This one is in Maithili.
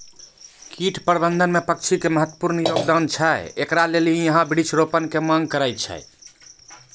कीट प्रबंधन मे पक्षी के महत्वपूर्ण योगदान छैय, इकरे लेली यहाँ वृक्ष रोपण के मांग करेय छैय?